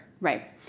Right